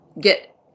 get